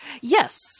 Yes